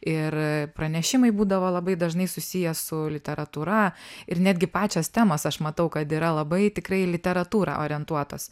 ir pranešimai būdavo labai dažnai susiję su literatūra ir netgi pačios temos aš matau kad yra labai tikrai į literatūrą orientuotos